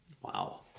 Wow